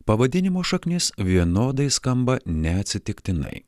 pavadinimo šaknis vienodai skamba neatsitiktinai